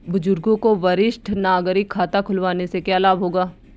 बुजुर्गों को वरिष्ठ नागरिक खाता खुलवाने से क्या लाभ होगा?